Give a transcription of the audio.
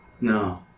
No